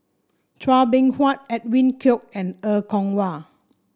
Chua Beng Huat Edwin Koek and Er Kwong Wah